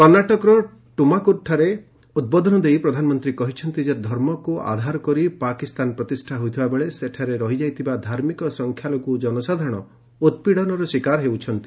କର୍ଷାଟକର ଟୁମକୁରୁଠାରେ ଉଦ୍ବୋଧନ ଦେଇ ପ୍ରଧାନମନ୍ତ୍ରୀ କହିଛନ୍ତି ଯେ ଧର୍ମକୁ ଆଧାର କରି ପାକିସ୍ତାନ ପ୍ରତିଷ୍ଠା ହୋଇଥିବା ବେଳେ ସେଠାରେ ରହିଯାଇଥିବା ଧାର୍ମିକ ସଂଖ୍ୟାଲଘୁ ଜନସାଧାରଣ ଉତ୍ପୀଡ଼ନର ଶୀକାର ହେଉଛନ୍ତି